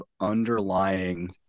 underlying